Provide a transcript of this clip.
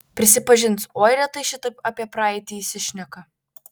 prisipažins oi retai šitaip apie praeitį įsišneka